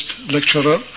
lecturer